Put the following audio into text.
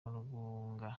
rugunga